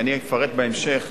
ואני אפרט בהמשך,